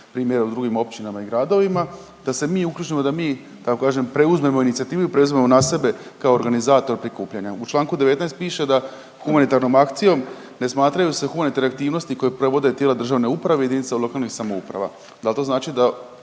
primjere u drugim općinama i gradovima, da se mi uključimo i da mi da tako kažem preuzmemo inicijativu i preuzima na sebe kao organizator prikupljanja. U Članku 19. piše da humanitarnom akcijom ne smatraju se humanitarne aktivnosti koje provode tijela državne uprave i jedinice lokalnih samouprava. Da li to znači da